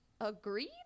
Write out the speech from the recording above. agreed